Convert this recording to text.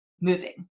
moving